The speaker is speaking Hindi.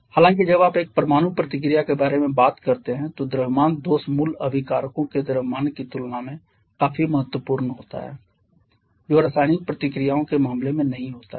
हालांकि जब आप एक परमाणु प्रतिक्रिया के बारे में बात करते हैं तो द्रव्यमान दोष मूल अभिकारकों के द्रव्यमान की तुलना में काफी महत्वपूर्ण होता है जो रासायनिक प्रतिक्रियाओं के मामले में नहीं होता है